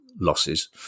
losses